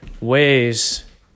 ways